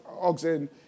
Oxen